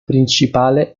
principale